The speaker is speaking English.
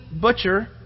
butcher